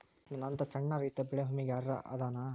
ನನ್ನಂತ ಸಣ್ಣ ರೈತಾ ಬೆಳಿ ವಿಮೆಗೆ ಅರ್ಹ ಅದನಾ?